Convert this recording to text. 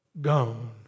gone